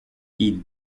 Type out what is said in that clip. ils